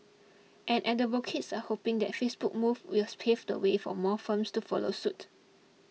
and advocates are hoping that Facebook move will pave the way for more firms to follow suit